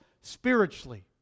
spiritually